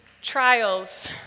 Trials